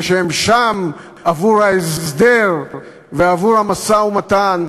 ושהם שם עבור ההסדר ועבור המשא-ומתן,